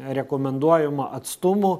rekomenduojamų atstumų